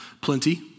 plenty